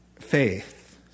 faith